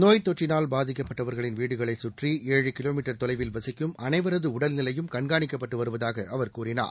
நோய் தொற்றினால் பாதிக்கப்பட்டவர்களின் வீடுகளை சுற்றி ஏழு கிலோமீட்டர் தொலைவில் வசிக்கும் அனைவரது உடல்நிலையும் கண்காணிக்கப்பட்டு வருவதாக அவர் கூறினார்